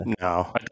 No